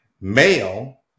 male